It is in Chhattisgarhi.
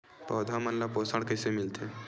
पौधा मन ला पोषण कइसे मिलथे?